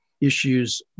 issues